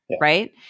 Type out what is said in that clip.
right